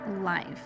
life